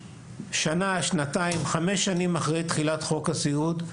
שנה, שנתיים וחמש שנים אחרי תחילת חוק הסיעוד,